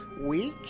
week